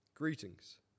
Greetings